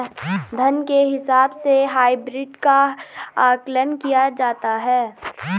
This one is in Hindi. धन के हिसाब से हाइब्रिड का आकलन किया जाता है